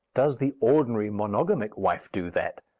does the ordinary monogamic wife do that?